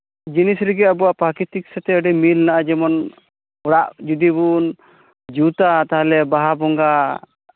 ᱡᱤᱱᱤᱥ ᱨᱮᱜᱮ ᱟᱵᱚᱣᱟᱜ ᱯᱨᱟᱠᱨᱤᱛᱤᱠ ᱥᱟᱛᱮᱜ ᱟᱹᱰᱤ ᱢᱤᱞ ᱢᱮᱱᱟᱜᱼᱟ ᱡᱮᱢᱚᱱ ᱚᱲᱟᱜ ᱡᱩᱫᱤ ᱵᱚᱱ ᱡᱩᱛᱟ ᱛᱟᱦᱞᱮ ᱵᱟᱦᱟ ᱵᱚᱸᱜᱟ